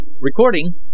Recording